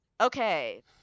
Okay